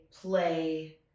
play